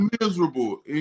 miserable